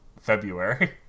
February